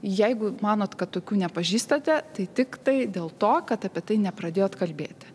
jeigu manot kad tokių nepažįstate tai tiktai dėl to kad apie tai ne pradėjot kalbėti